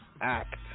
act